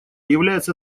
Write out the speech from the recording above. является